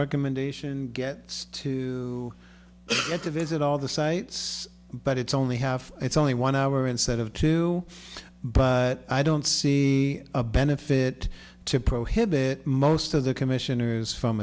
recommendation gets to have to visit all the sites but it's only have it's only one hour instead of two but i don't see a benefit to prohibit most of the commissioners from